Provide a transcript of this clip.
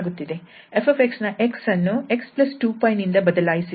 𝑓𝑥 ನಲ್ಲಿ 𝑥 ಅನ್ನು 𝑥 2𝜋 ನಿಂದ ಬದಲಾಯಿಸಿದ್ದೇವೆ